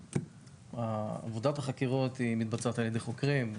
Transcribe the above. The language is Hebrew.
עבודת החקירות מתבצעת על ידי חוקרים,